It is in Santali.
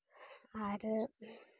ᱟᱨ